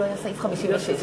לא הבנתי.